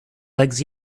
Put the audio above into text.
legs